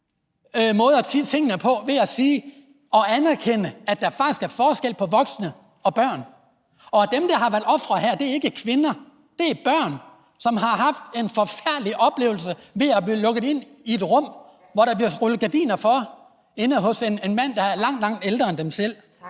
måde at sige tingene på ved at anerkende, at der faktisk er forskel på voksne og børn, og at dem, der har været ofre her, ikke er kvinder, men børn, som har haft en forfærdelig oplevelse ved at blive lukket ind i et rum, hvor der bliver rullet gardiner for, inde hos en mand, der er langt, langt ældre end dem selv.